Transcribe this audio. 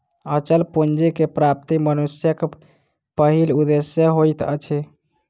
अचल पूंजी के प्राप्ति मनुष्यक पहिल उदेश्य होइत अछि